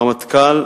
הרמטכ"ל,